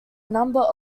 number